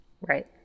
Right